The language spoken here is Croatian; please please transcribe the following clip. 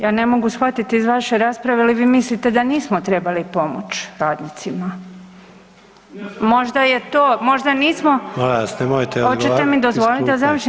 Ja ne mogu shvatiti iz vaše rasprave je li vi mislite da nismo trebali pomoći radnicima? ... [[Upadica se ne čuje.]] Možda je to, možda nismo [[Upadica: Molim vas, nemojte odgovarati iz klupe.]] Hoćete mi dozvoliti da završim?